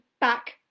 back